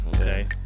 Okay